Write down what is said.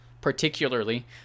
particularly